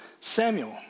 Samuel